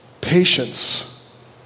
Patience